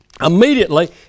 immediately